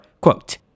Quote